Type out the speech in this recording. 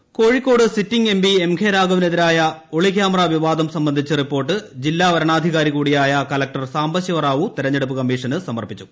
Raghavan Kozhikode sitting M P MK രാഘവനെതിരായ ഒളിക്യമറാ വിവാദം സംബന്ധിച്ച റിപ്പോർട്ട് ജില്ലാ വരണാധികാരികൂടിയായ ജില്ലാ കലക്ടർ സാംബശിവ റാവു തെരഞ്ഞെടുപ്പ് കമ്മിഷന് സമർപ്പിച്ചു